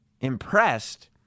impressed